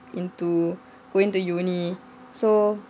into going to uni so